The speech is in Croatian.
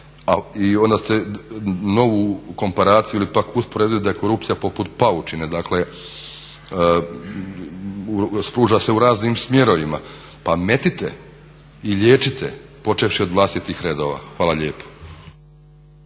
I onda ste novu komparaciju ili pak uspoređujući da je korupcija poput paučine, dakle pruža se u raznim smjerovima. Pa metite i liječite, počevši od vlastitih redova. Hvala lijepo.